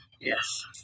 Yes